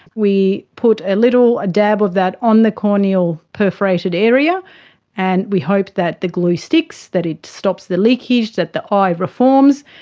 we put a little dab over that on the corneal perforated area and we hope that the glue sticks, that it stops the leakage, that the eye reforms,